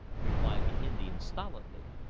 replied the indian stolidly.